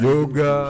Yoga